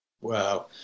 Wow